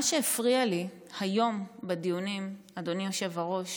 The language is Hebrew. מה שהפריע לי היום בדיונים, אדוני היושב-ראש,